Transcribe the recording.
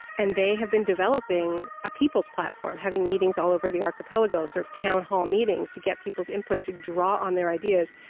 and they have been developing a people's platform, having meetings all over the archipelago, sort of town hall meetings to get people's input to draw on their ideas,